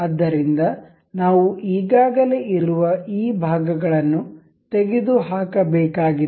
ಆದ್ದರಿಂದ ನಾವು ಈಗಾಗಲೇ ಇರುವ ಈ ಭಾಗಗಳನ್ನು ತೆಗೆದುಹಾಕಬೇಕಾಗಿದೆ